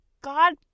God